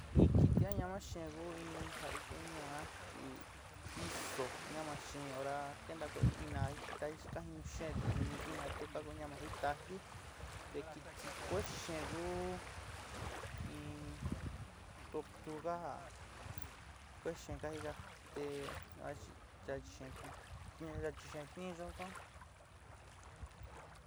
Iin kiti ña'a ya'a chengó iin ja'a njoño'ó oha chí ixó ñamaché onrá nakenda ko'ó iná xhikaix kain no che'e, ndee nii na tuka ñama'á itáji dekichí koxhé nguu iin tortuga kuexhein kainga te'e achít ngaxhén ñache taxhii yoxó.